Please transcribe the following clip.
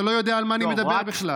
אתה לא יודע על מה אני מדבר בכלל.